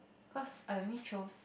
cause I only chose